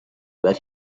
where